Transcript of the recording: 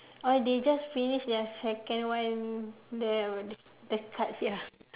oh they just finish their second one the the cards ya